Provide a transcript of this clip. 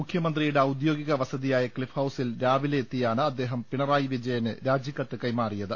മുഖ്യമന്ത്രി യുടെ ഔദ്യോഗിക വസതിയായ ക്ലിഫ് ഹൌസിൽ രാവി ലെയെത്തിയാണ് അദ്ദേഹം പിണറായി വിജയന് രാജി ക്കത്ത് കൈമാറിയത്